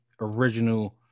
original